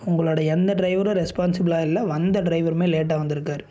உங்களோடய எந்த ட்ரைவரும் ரெஸ்பான்ஸிபிளாக இல்லை வந்த ட்ரைவருமே லேட்டாக வந்திருக்காரு